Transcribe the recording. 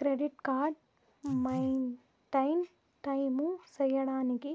credit card maintain time సేయడానికి